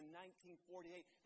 1948